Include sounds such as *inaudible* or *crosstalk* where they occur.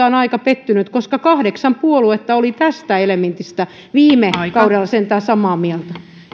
*unintelligible* on aika pettynyt koska sentään kahdeksan puoluetta oli tästä elementistä viime kaudella samaa mieltä